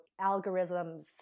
algorithms